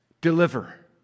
Deliver